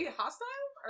hostile